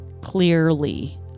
clearly